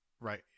right